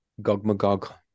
Gogmagog